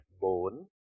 bone